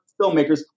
filmmakers